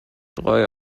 drei